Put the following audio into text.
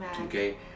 okay